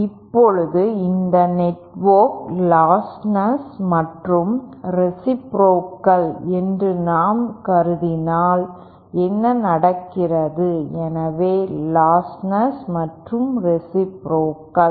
இப்போது இந்த network lossless மற்றும் ரேசிப்ரோகல் என்று நாம் கருதினால் என்ன நடக்கிறது எனவே லாஸ்ட்லெஸ் மற்றும் ரேசிப்ரோகல்